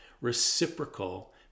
reciprocal